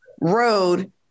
road